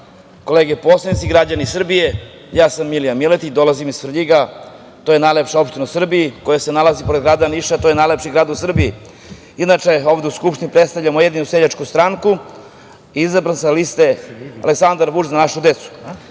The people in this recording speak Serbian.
kolege poslanici, građani Srbije, ja sam Milija Miletić, dolazim iz Svrljiga, to je najlepša opština u Srbiji, koja se nalazi pored grada Niša, to je najlepši grad u Srbiji. Inače, ovde u skupštini predstavljam Ujedinjenu seljačku stranku, izabran sa liste Aleksandar Vučić – Za našu decu. Ja